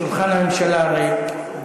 שולחן הממשלה ריק,